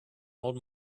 old